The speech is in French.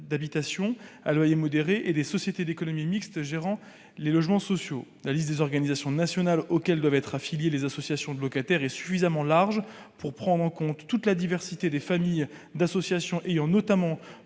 d'habitations à loyer modéré et des sociétés d'économie mixte gérant des logements sociaux. La liste des organisations nationales auxquelles doivent être affiliées les associations de locataires est suffisamment large pour prendre en compte toute la diversité des familles d'associations ayant notamment